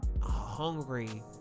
hungry